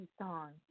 song